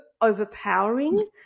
overpowering